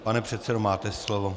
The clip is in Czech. Pane předsedo, máte slovo.